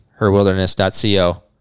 HerWilderness.co